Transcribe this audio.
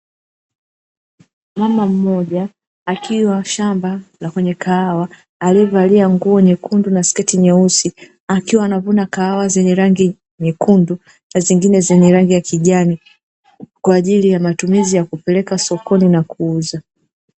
Mama mmoja akiwa shamba la kwenye kahawa aliyevalia nguo nyekundu na sketi nyeusi, akiwa anavuna kahawa zenye rangi ya nyekundu na nyingine zenye rangi ya kijani kwa ajili ya kupeleka sokoni na kuuza.